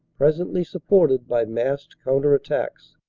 presently supported by massed counter-attacks.